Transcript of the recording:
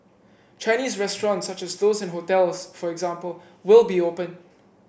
Chinese restaurants such as those in hotels for example will be open